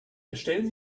erstellen